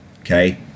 Okay